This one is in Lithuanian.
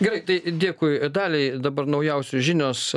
gerai tai dėkui daliai dabar naujausios žinios